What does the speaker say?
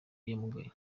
yamugaye